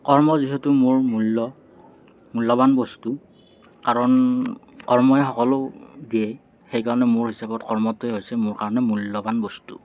কৰ্ম যিহেতু মোৰ মূল্য মূল্যৱান বস্তু কাৰণ কৰ্মই সকলো দিয়ে সেইকাৰণে মোৰ হিচাপত কৰ্মটোৱে হৈছে মোৰ কাৰণে মূল্যৱান বস্তু